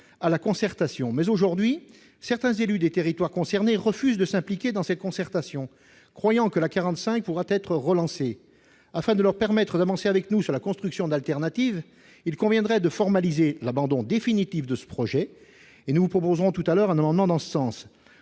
à la concertation. Aujourd'hui, toutefois, certains élus des territoires concernés refusent de s'impliquer dans cette concertation, croyant que le projet de l'A 45 pourra être relancé. Afin qu'ils puissent avancer avec nous dans la construction d'alternatives, il conviendrait de formaliser l'abandon définitif de ce projet. Nous défendrons tout à l'heure un amendement en ce sens.